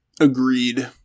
Agreed